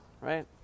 right